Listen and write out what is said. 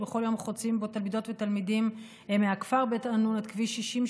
שבכל יום חוצים בו תלמידות ותלמידים מהכפר בית ענון את כביש 60,